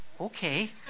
okay